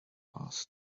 glass